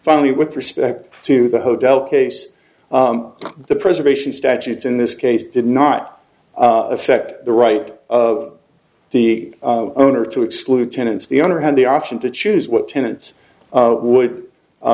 finally with respect to the hotel case the preservation statutes in this case did not affect the right of the owner to exclude tenants the owner had the option to choose what tenants would